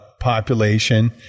population